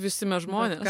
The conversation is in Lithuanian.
visi mes žmonės